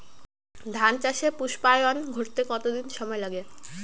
ধান চাষে পুস্পায়ন ঘটতে কতো দিন সময় লাগে?